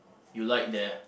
you like there